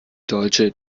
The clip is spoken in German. deutsche